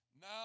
Now